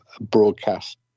broadcast